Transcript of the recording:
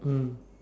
mm